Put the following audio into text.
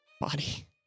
body